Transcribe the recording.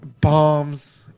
bombs